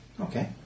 okay